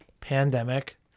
pandemic